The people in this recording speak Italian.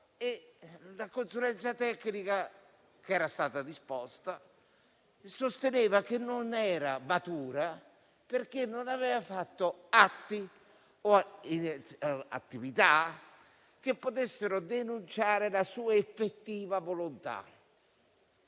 La consulenza tecnica che era stata disposta sosteneva che non era matura, perché non aveva fatto attività che potessero denunciare la sua effettiva volontà.